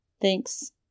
Thanks